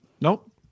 Nope